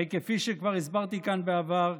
הרי כפי שכבר הסברתי כאן בעבר,